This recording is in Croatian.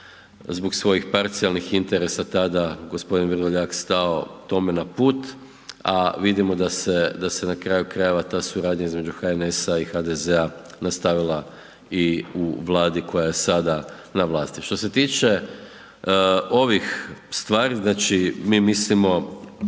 zbog svojih parcijalnih interesa tada, g. Vrdoljak stao tome na put a vidimo da se na kraju krajeva ta suradnja između HNS-a i HDZ-a nastavila i u Vladi koja je sada na vlasti. Što se tiče ovih stvari, znači mi mislimo